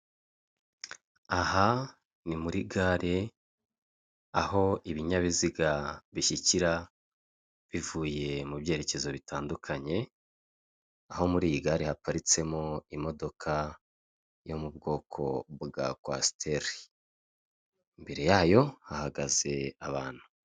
Aha ni muri gare aho ibinyabiziga bivuye mu byerekezo bitandukanye aho muri iyi gare haparitsemo imodoka yo mu bwoko bwa kwasiteri, imbere yayo hahagaze abantu.